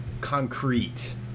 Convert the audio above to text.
concrete